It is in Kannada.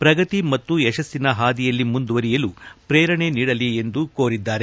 ಪ್ರಗತಿ ಮತ್ತು ಯಶಸ್ವಿನ ಹಾದಿಯಲ್ಲಿ ಮುಂದುವರಿಯಲು ಪ್ರೇರಣೆ ನೀಡಲಿ ಎಂದು ಕೋರಿದ್ದಾರೆ